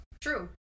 true